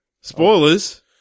Spoilers